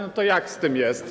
No to jak z tym jest?